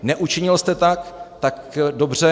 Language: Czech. Neučinil jste tak, tak dobře.